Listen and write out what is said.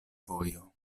vojo